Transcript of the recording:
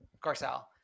Garcelle